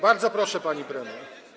Bardzo proszę, pani premier.